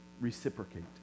reciprocate